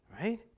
Right